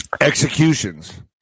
executions